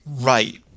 Right